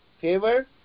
favor